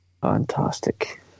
fantastic